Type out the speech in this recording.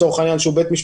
גור, אתה צודק.